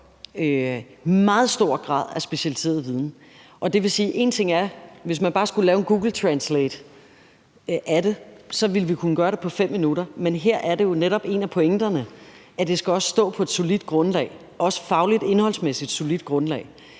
en meget stor grad af specialiseret viden. Én ting er, hvis man bare skulle lave en googletranslate af det; så ville vi kunne gøre det på 5 minutter. Men her er det jo netop en af pointerne, at det også skal stå på et solidt grundlag, også et fagligt, indholdsmæssigt solidt grundlag,